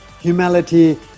humility